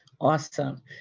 Awesome